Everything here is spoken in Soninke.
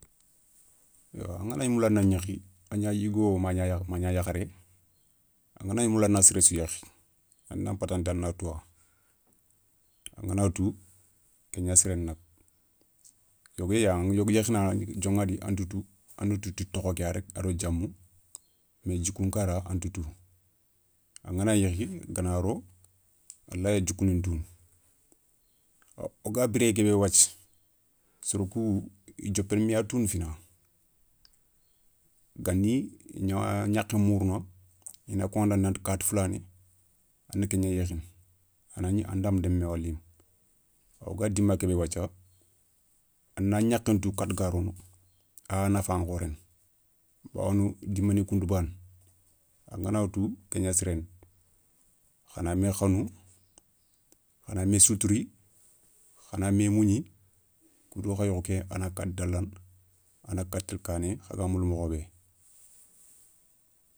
Yo angana gna moula a na gnékhi a gna yougo ma gna yakharé, angana gna moula a na séré sou yékhi, a nan patanta a na touwa, angana tou ké gna siréni nak, yogo yéyi aηa yogo yékhini dioηadi anta tou a na tou ti tokho ké ya rek a do diamou mais djikoun kara anta tou, angana yékhi gana ro a laya djikou ni ntounou o ga biréyé ké bé wathia, soro kou i diopéné mé ya tounou fina, gani i gna a gnakhé muruna i na koηanda nanti katti foulané a na kégna yékhini a na gni andama démou mé wala yimé, woga dima ké bé wathia, a na gnakhé ntou kata ga rono a nafa nkhoréni. bawoni dimani kounta bana angana tou ké gna siréni. khana mé khanou, khana mé soutouri khana mé mougni koudo kha yeukhou ké a na katta dalana a na katta télé kané, khaga moula mokho bé